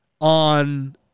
on